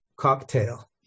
cocktail